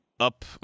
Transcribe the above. Up